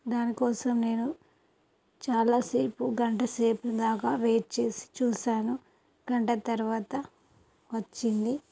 దాని కోసం నేను చాలా సేపు గంట సేపు దాక వెయిట్ చేసి చూసాను గంట తర్వాత వచ్చింది